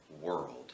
world